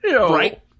Right